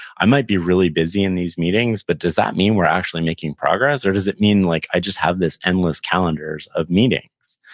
i might be really busy in these meetings, but does that mean we're actually making progress or does it mean like i just have these endless calendars of meetings?